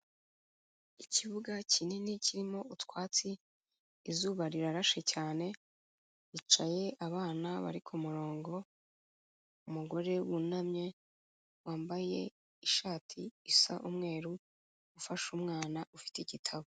Ikibuga kinini kirimo utwatsi, izuba rirarashe cyane, hicaye abana bari ku murongo, umugore wunamye wambaye ishati isa umweru, ufashe umwana ufite igitabo.